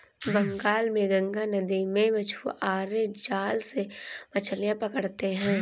बंगाल में गंगा नदी में मछुआरे जाल से मछलियां पकड़ते हैं